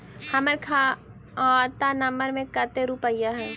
हमार के खाता नंबर में कते रूपैया है?